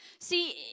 See